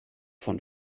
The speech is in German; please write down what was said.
von